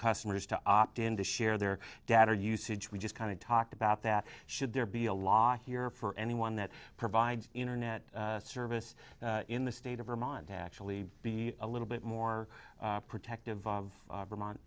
customers to opt in to share their data usage we just kind of talked about that should there be a law here for anyone that provides internet service in the state of vermont to actually be a little bit more protective of vermont